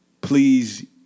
please